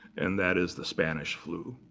and that is the spanish flu.